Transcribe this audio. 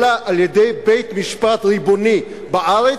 אלא על-ידי בית-משפט ריבוני בארץ,